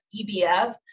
EBF